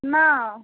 না